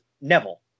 Neville